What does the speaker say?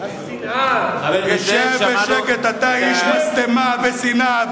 הגזענות יצאה מהפה שלה השכם והערב, השנאה.